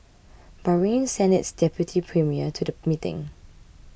Bahrain sent its deputy premier to the meeting